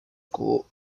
school